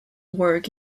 work